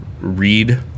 read